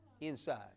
inside